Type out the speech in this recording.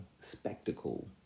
spectacle